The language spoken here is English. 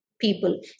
people